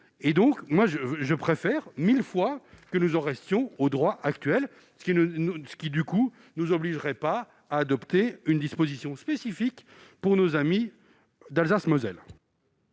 pourquoi je préfère mille fois que nous en restions au droit actuel, ce qui, du reste, ne nous obligerait pas à adopter une disposition spécifique pour nos amis d'Alsace-Moselle.